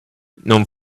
non